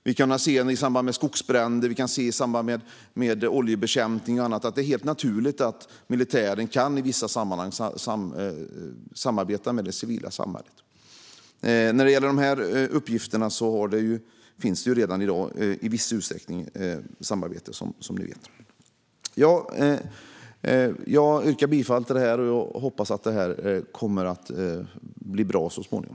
Vi kan i samband med skogsbränder och oljebekämpning se att det är helt naturligt att militären i vissa sammanhang kan samarbeta med det civila samhället. När det gäller dessa uppgifter sker i viss utsträckning redan i dag ett samarbete. Jag yrkar bifall till utskottets förslag i betänkandet, och jag hoppas att lagen blir bra så småningom.